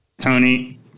Tony